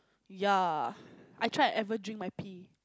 ya I tried ever drink my pee